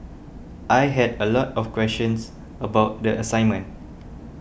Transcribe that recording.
I had a lot of questions about the assignment